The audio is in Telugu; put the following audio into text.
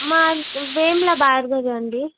వేముల భార్గవి అండి